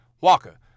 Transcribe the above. Walker